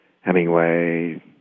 Hemingway